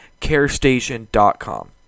carestation.com